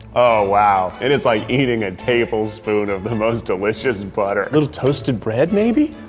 oh, wow. it is like eating a tablespoon of the most delicious and butter. a little toasted bread, maybe?